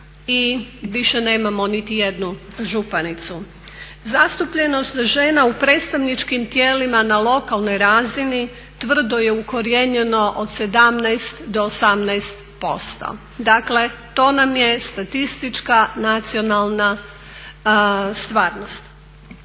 i više nemamo niti jednu županicu. Zastupljenost žena u predstavničkim tijelima na lokalnoj razini tvrdo je ukorijenjeno od 17 do 18%, dakle to nam je statistička nacionalna stvarnost.